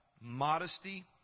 modesty